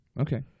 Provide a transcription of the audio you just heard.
Okay